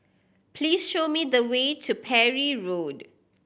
please show me the way to Parry Road